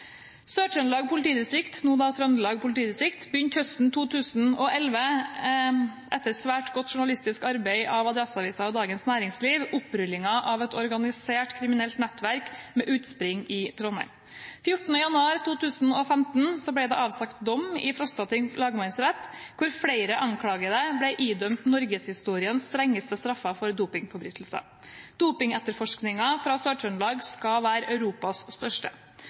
politidistrikt, nå Trøndelag politidistrikt, begynte høsten 2011, etter svært godt journalistisk arbeid av Adresseavisen og Dagens Næringsliv, opprullingen av et organisert kriminelt nettverk med utspring i Trondheim. Den 14. januar 2015 ble det avsagt dom i Frostating lagmannsrett hvor flere anklagede ble idømt norgeshistoriens strengeste straffer for dopingforbrytelser. Dopingetterforskningen fra Sør-Trøndelag skal være Europas største.